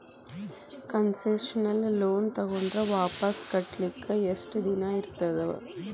Concessional loan ತಗೊಂಡ್ರ್ ವಾಪಸ್ ಕಟ್ಲಿಕ್ಕೆ ಯೆಷ್ಟ್ ದಿನಾ ಇರ್ತದ?